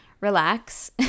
relax